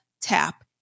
tap